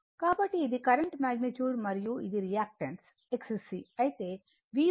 కాబట్టి ఇది current magnitude మరియు ఇది రియాక్టన్స్ XC అయితే V XC I అంటే 35 యాంపియర్